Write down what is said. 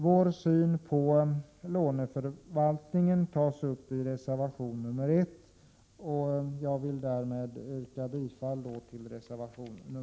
Vår syn på låneförvaltningen tas upp i reservation 1, vilken jag härmed yrkar bifall till. Herr talman!